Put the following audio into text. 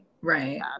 right